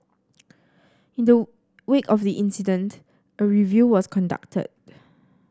in the wake of the incident a review was conducted